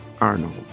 Arnold